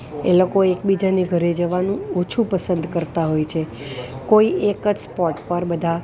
એ લોકો એકબીજાને ઘરે જવાનું ઓછું પસંદ કરતાં હોય છે કોઈ એક જ સ્પોટ પર બધાં